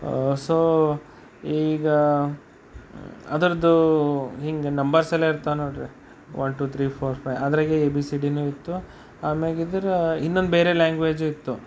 so ಈಗ ಅದ್ರದ್ದು ಹಿಂಗೆ ನಂಬರ್ಸ್ ಎಲ್ಲ ಇರ್ತಾವ ನೋಡ್ರಿ one two three four five ಅದ್ರಾಗೆ ಎ ಬಿ ಸಿ ಡಿನು ಇತ್ತು ಆಮ್ಯಾಗ ಇದರ ಇನ್ನೊಂದು ಬೇರೆ ಲ್ಯಾಂಗ್ವೇಜು ಇತ್ತು